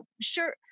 sure